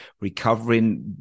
recovering